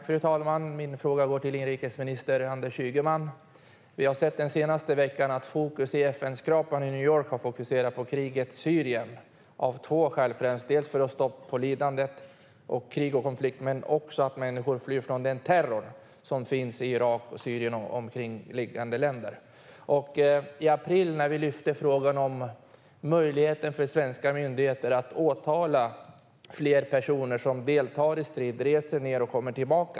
Fru talman! Min fråga går till inrikesminister Anders Ygeman. Vi har den senaste veckan sett att fokus i FN-skrapan i New York har varit på krigets Syrien. Det har varit av två skäl, dels för att få stopp på lidande, krig och konflikter, dels för att människor flyr från den terror som finns i Irak, Syrien och omkringliggande länder. I april lyfte vi upp frågan om möjligheten för svenska myndigheter att åtala fler personer som deltar i strid, reser dit ned och kommer tillbaka.